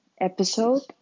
episode